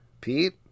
Pete